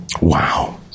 Wow